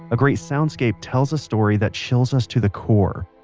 a great soundscape tells a story that chills us to the core.